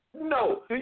No